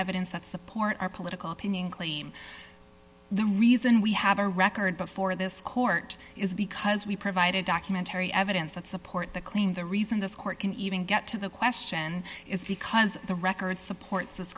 evidence that support our political opinion claim the reason we have a record before this court is because we provided documentary evidence that support the claim the reason this court can even get to the question is because the record supports this